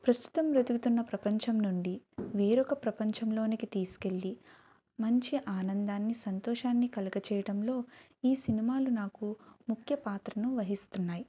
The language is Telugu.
ప్రస్తుతం బ్రతుకుతున్న ప్రపంచం నుండి వేరొక ప్రపంచంలోనికి తీసుకెళ్ళి మంచి ఆనందాన్నీ సంతోషాన్నీ కలగజేయడంలో ఈ సినిమాలు నాకు ముఖ్య పాత్రను వహిస్తున్నాయి